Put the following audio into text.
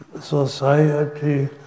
society